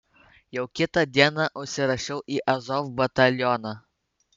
jau kitą dieną užsirašiau į azov batalioną